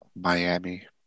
Miami